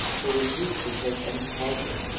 who refused to take any part of it,